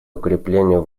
укреплению